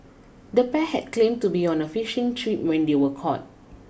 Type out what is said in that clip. the pair had claimed to be on a fishing trip when they were caught